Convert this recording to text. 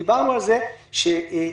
דבר שני,